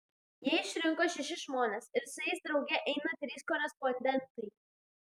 jie išrinko šešis žmones ir su jais drauge eina trys korespondentai